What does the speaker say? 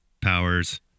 powers